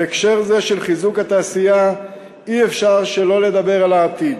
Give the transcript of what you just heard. בהקשר זה של חיזוק התעשייה אי-אפשר שלא לדבר על העתיד.